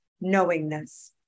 knowingness